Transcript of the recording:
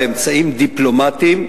באמצעים דיפלומטיים,